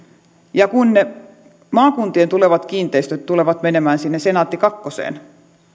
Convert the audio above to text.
ja kun ne maakuntien tulevat kiinteistöt tulevat menemään sinne senaatti kakkoseen